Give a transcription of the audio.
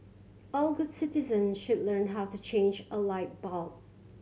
all good citizen should learn how to change a light bulb